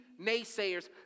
naysayers